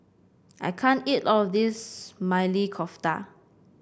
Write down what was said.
I can't eat all of this Maili Kofta